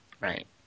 right